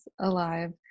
alive